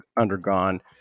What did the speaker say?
undergone